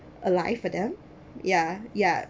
a life for them yeah yeah